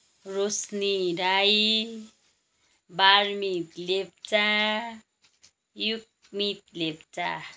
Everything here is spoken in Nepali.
रोशनी राई बार्मित लेप्चा युगमित लेप्चा